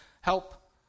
help